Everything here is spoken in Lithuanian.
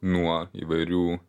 nuo įvairių